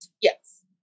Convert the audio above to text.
yes